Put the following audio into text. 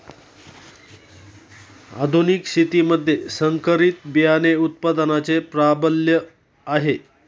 आधुनिक शेतीमध्ये संकरित बियाणे उत्पादनाचे प्राबल्य आहे